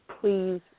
Please